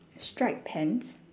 stripe pants